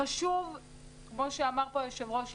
כמו שאמר פה היושב-ראש,